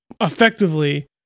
effectively